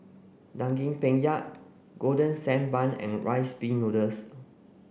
Daging Penyet Golden Sand Bun and Rice Pin Noodles